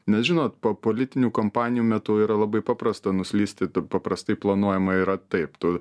nes žinot po politinių kampanijų metu yra labai paprasta nuslysti tai paprastai planuojama yra taip tu